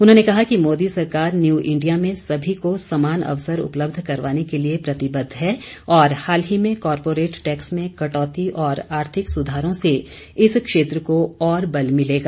उन्होंने कहा कि मोदी सरकार न्यू इंडिया में सभी को समान अवसर उपलब्ध करवाने के लिए प्रतिबद्ध है और हाल ही में कारपोरेट टैक्स में कटौती और आर्थिक सुधारों से इस क्षेत्र को और बल मिलेगा